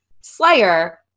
Slayer